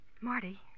Marty